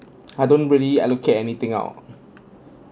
I don't really allocate anything out